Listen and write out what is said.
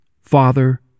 Father